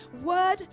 word